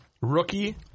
Rookie